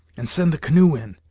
and send the canoe in,